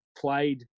played